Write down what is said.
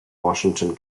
washington